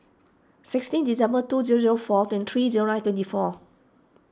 sixteen December two zero zero four twenty three zero nine twenty four